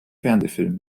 fernsehfilmen